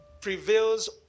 prevails